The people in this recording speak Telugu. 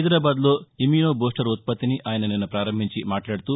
హైదరాబాద్లో ఇమ్యునోబాస్టర్ ఉత్పత్తిని ఆయన నిన్న ప్రారంభించి మాట్లాడుతూ